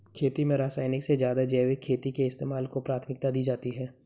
खेती में रासायनिक से ज़्यादा जैविक खेती के इस्तेमाल को प्राथमिकता दी जाती है